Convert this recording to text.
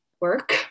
work